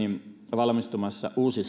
valmistumassa uusi